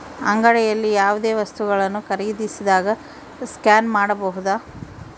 ಅಂಗಡಿಯಲ್ಲಿ ಯಾವುದೇ ವಸ್ತುಗಳನ್ನು ಖರೇದಿಸಿದಾಗ ಸ್ಕ್ಯಾನ್ ಮಾಡಬಹುದಾ?